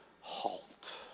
halt